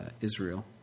Israel